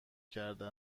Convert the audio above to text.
کرده